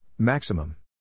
Maximum